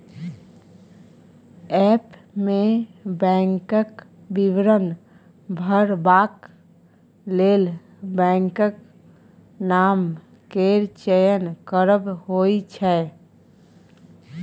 app मे बैंकक विवरण भरबाक लेल बैंकक नाम केर चयन करब होइ छै